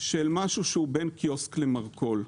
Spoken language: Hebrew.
של משהו שהוא בין קיוסק למרכול,